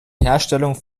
herstellung